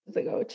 ago